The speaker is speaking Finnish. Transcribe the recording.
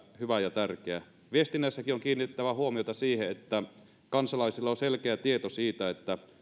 hyvä ja tärkeää viestinnässäkin on kiinnitettävä huomiota siihen että kansalaisilla on selkeä tieto siitä että